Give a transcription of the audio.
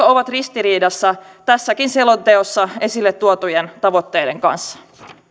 ovat ristiriidassa tässäkin selonteossa esille tuotujen tavoitteiden kanssa